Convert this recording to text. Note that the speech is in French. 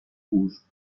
rouge